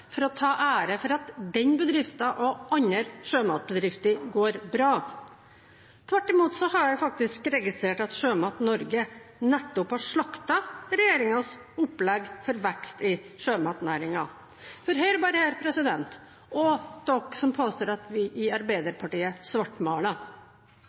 for å ta æren for at den bedriften og andre sjømatbedrifter går bra. Tvert imot har jeg faktisk registrert at Sjømat Norge nettopp har slaktet regjeringens opplegg for vekst i sjømatnæringen. Hør bare her, president og dere som påstår at vi i